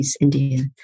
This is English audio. India